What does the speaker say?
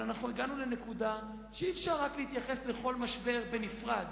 אבל הגענו לנקודה שאי-אפשר רק להתייחס לכל משבר בנפרד.